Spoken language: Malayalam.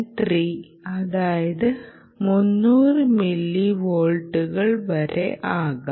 3 അതായത് 300 മില്ലിവോൾട്ടുകൾ വരെ ആകാം